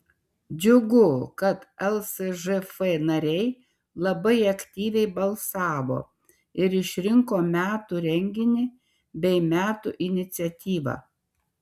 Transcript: džiugu kad lsžf nariai labai aktyviai balsavo ir išrinko metų renginį bei metų iniciatyvą